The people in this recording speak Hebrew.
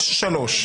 ב-25(3).